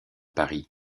paris